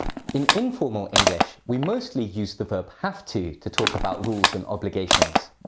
in informal english, we mostly use the verb have to to talk about rules and obligations.